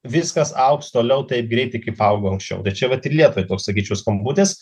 viskas augs toliau taip greitai kaip augo anksčiau tai čia vat ir lietuvai toks sakyčiau skambutis